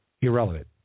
irrelevant